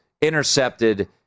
intercepted